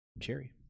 Cherry